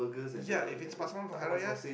ya if it's Pasar Malam for Hari-Raya